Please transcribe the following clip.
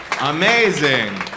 Amazing